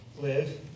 live